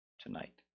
tonight